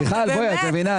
מיכל, את מבינה?